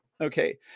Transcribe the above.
okay